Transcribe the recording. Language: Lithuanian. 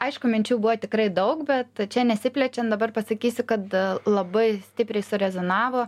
aišku minčių buvo tikrai daug bet čia nesiplečiant dabar pasakysiu kad labai stipriai surezonavo